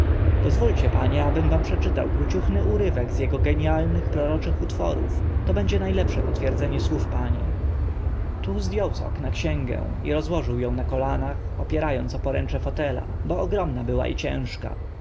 pozwólcie panie abym wam przeczytał króciuchny urywek z ego genialnych proroczych utworów to będzie na lepsze potwierdzenie słów pani tu zd ął z okna księgę i rozłożył ą na kolanach opiera ąc o poręcze fotelu bo ogromna była i ciężka